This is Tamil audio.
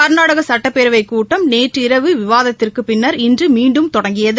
கர்நாடக சட்டப்பேரவைக் கூட்டம் நேற்று இரவு விவாதத்திற்கு பின்னர் இன்று மீண்டும் தொடங்கியது